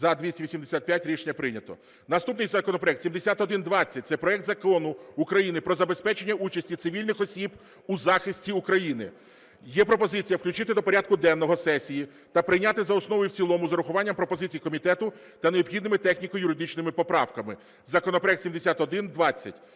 За-285 Рішення прийнято. Наступний законопроект 7120. Це проект Закону України "Про забезпечення участі цивільних осіб у захисті України". Є пропозиція включити до порядку денного сесії та прийняти за основу і в цілому з урахуванням пропозицій комітету та необхідними техніко-юридичними поправками законопроект 7120.